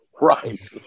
Right